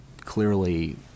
clearly